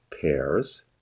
pairs